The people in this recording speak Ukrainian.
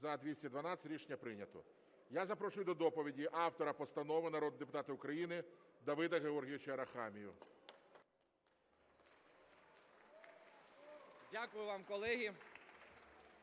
За-212 Рішення прийнято. Я запрошую до доповіді автора постанови народного депутата України Давида Георгійовича Арахамію. 11:10:51